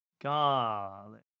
Garlic